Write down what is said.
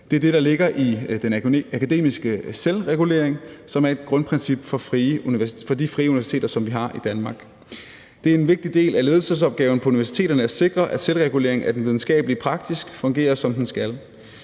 der ligger i den akademiske selvregulering, som er et grundprincip for de frie universiteter, som vi har i Danmark. Det er en vigtig del af ledelsesopgaven på universiteterne at sikre, at selvregulering af den videnskabelige praksis fungerer, som den skal.